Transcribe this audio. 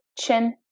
chin